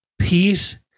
Peace